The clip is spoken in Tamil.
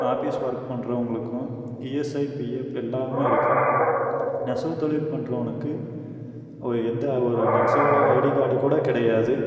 ஆஃபிஸ் ஒர்க் பண்றவங்களுக்கும் இஎஸ்ஐ பிஃஎப் எல்லாமே இருக்குது நெசவுத் தொழில் பண்றவனுக்கு ஒரு எந்த ஒரு நெசவாளர் ஐடி கார்டு கூட கிடயாது